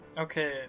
okay